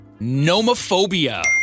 nomophobia